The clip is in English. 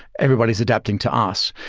everybody's adapting to us.